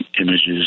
images